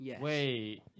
Wait